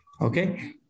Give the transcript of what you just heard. Okay